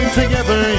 together